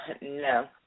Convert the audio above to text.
No